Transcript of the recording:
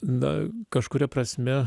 na kažkuria prasme